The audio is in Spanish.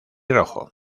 rojo